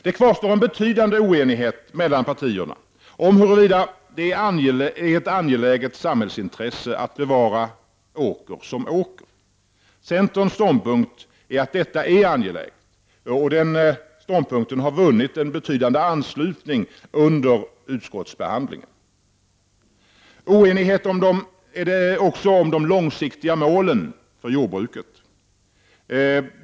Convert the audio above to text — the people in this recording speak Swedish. Det kvarstår en betydande oenighet mellan partierna om huruvida det är ett angeläget samhällsintresse att bevara åker som åker. Centerns ståndpunkt att detta är angeläget har dock vunnit betydande anslutning under utskottsbehandlingen. Oenighet råder också om de långsiktiga målen för jordbruket.